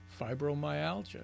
fibromyalgia